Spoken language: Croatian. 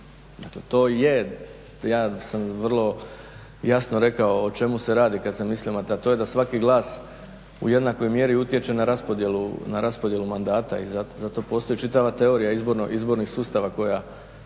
Dakle to je, ja sam vrlo jasno rekao o čemu se radi kada sam mislio na to a to je da svaki glas u jednakoj mjeri utječe na raspodjelu mandata i zato postoji čitava teorija izbornih sustava koja